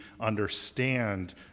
understand